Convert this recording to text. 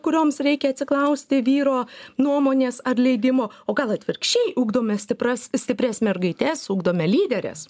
kurioms reikia atsiklausti vyro nuomonės ar leidimo o gal atvirkščiai ugdome stiprias stiprias mergaites ugdome lyderes